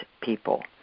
people